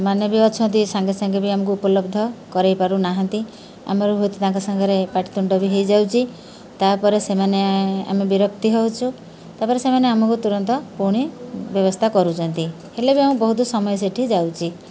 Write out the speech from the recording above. ମାନେ ବି ଅଛନ୍ତି ସାଙ୍ଗେ ସାଙ୍ଗେ ବି ଆମକୁ ଉପଲବ୍ଧ କରାଇ ପାରୁନାହାନ୍ତି ଆମର ହୁଏତ ତାଙ୍କ ସାଙ୍ଗରେ ପାଟି ତୁଣ୍ଡ ବି ହେଇଯାଉଛି ତା'ପରେ ସେମାନେ ଆମେ ବିରକ୍ତି ହେଉଛୁ ତା'ପରେ ସେମାନେ ଆମକୁ ତୁରନ୍ତ ପୁଣି ବ୍ୟବସ୍ଥା କରୁଛନ୍ତି ହେଲେ ବି ଆମକୁ ବହୁତ ସମୟ ସେଇଠି ଯାଉଛି